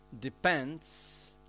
depends